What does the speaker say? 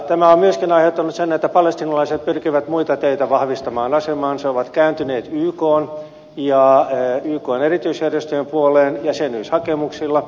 tämä on myöskin aiheuttanut sen että palestiinalaiset pyrkivät muita teitä vahvistamaan asemaansa he ovat kääntyneet ykn ja ykn erityisjärjestöjen puoleen jäsenyyshakemuksilla